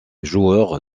joueur